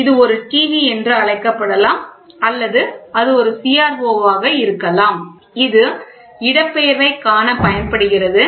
எனவே இது ஒரு டிவி என்று அழைக்கப்படலாம் அல்லது அது ஒரு CRO ஆக இருக்கலாம் இது இடப்பெயர்வைக் காண பயன்படுகிறது